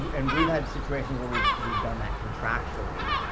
and we've had situations where we've we've done that contractually,